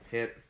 Hit